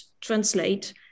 translate